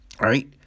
right